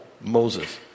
Moses